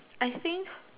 I think